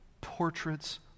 portraits